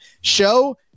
Show